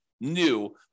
new